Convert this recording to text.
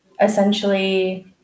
essentially